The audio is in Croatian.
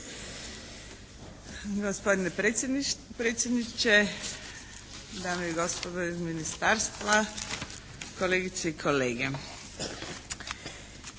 Hvala vam